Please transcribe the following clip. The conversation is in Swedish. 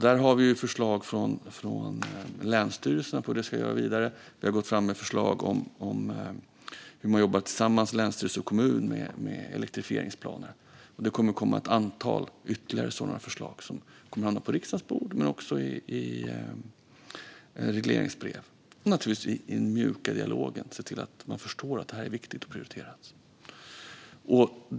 Vi har förslag från länsstyrelserna om hur det ska göras vidare. Vi har gått fram med förslag om hur man jobbar tillsammans mellan länsstyrelse och kommun med elektrifieringsplaner. Det kommer att komma ett antal ytterligare sådana förslag som kommer att hamna på riksdagens bord men också i regleringsbrev - och naturligtvis i den mjuka dialogen så att man förstår att det här är viktigt och prioriterat.